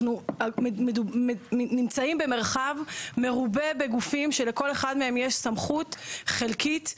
אנחנו נמצאים במרחב מרובה בגופים שלכל אחד מהם יש סמכות חלקית,